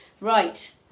Right